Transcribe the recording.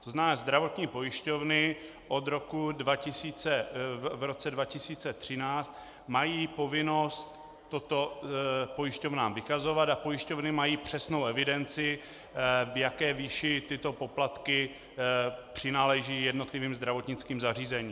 To znamená, zdravotní pojišťovny v roce 2013 mají povinnost toto pojišťovnám vykazovat a pojišťovny mají přesnou evidenci, v jaké výši tyto poplatky přináleží jednotlivým zdravotnickým zařízením.